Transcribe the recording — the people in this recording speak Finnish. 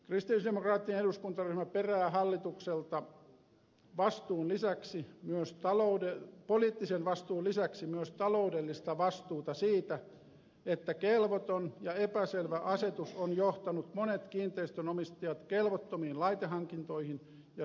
kristillisdemokraattinen eduskuntaryhmä perää hallitukselta poliittisen vastuun lisäksi myös taloudellista vastuuta siitä että kelvoton ja epäselvä asetus on johtanut monet kiinteistönomistajat kelvottomiin laitehankintoihin ja suuriin kustannuksiin